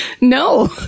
No